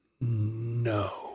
No